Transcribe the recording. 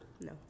No